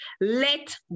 Let